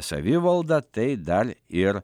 savivaldą tai dar ir